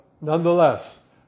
nonetheless